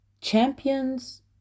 champions